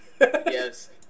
Yes